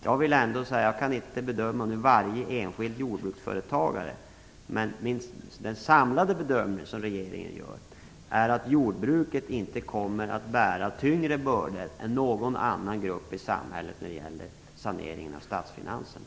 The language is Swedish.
Jag kan inte nu bedöma hur det blir för varje enskild jordbruksföretagare, men den samlade bedömning som regeringen gör är att jordbruket inte kommer att bära tyngre bördor än någon annan sektor i samhället när det gäller saneringen av statsfinanserna.